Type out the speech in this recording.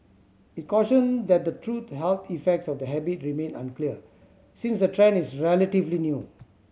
it cautioned that the true health effects of the habit remain unclear since the trend is relatively new